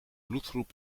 bloedgroep